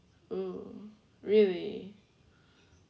oh really